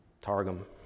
Targum